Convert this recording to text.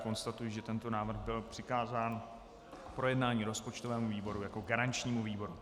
Konstatuji, že tento návrh byl přikázán k projednání rozpočtovému výboru jako garančnímu výboru.